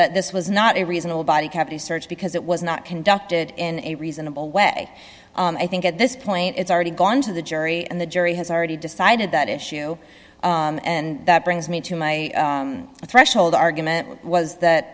that this was not a reasonable body cavity search because it was not conducted in a reasonable way i think at this point it's already gone to the jury and the jury has already decided that issue and that brings me to my threshold argument was that